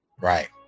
Right